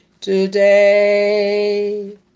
today